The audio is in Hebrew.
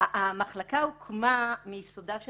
המחלקה הוקמה מיסודה של